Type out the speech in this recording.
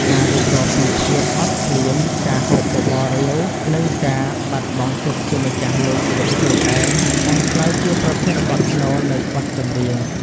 ការរៀបរាប់ពីភាពអត់ឃ្លាន ការហូបបបររាវ និងការបាត់បង់សិទ្ធិជាម្ចាស់លើជីវិតខ្លួនឯង បានក្លាយជាប្រធានបទស្នូលនៃបទចម្រៀង។